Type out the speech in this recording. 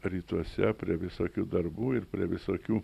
rytuose prie visokių darbų ir prie visokių